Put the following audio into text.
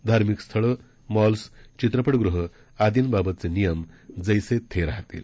धार्मिंक स्थळं मॉल्सचित्रपटगृह आदीं बाबतचे नियम जैसे थे राहतील